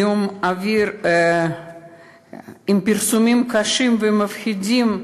זיהום אוויר, עם פרסומים קשים ומפחידים,